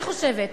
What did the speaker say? אני חושבת,